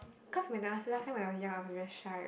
cause when I was last time when I was young I was very shy